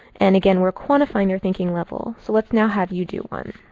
and, again, we're quantifying your thinking level. so let's now have you do one.